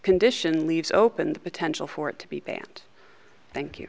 condition leaves open the potential for it to be banned thank you